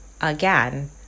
again